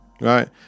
right